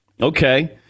Okay